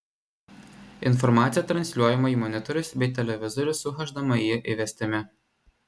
informacija transliuojama į monitorius bei televizorius su hdmi įvestimi